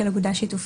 של אגודה שיתופית).